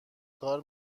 کار